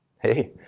Hey